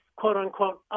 quote-unquote